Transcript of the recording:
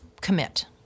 commit